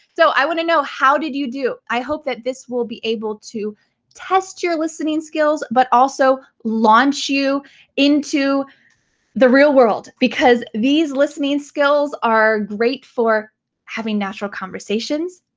so i want to know how did you do? i hope that this will be able to test your listening skills, but also launch you into the real world because these listening skills are great for having natural conversations,